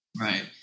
Right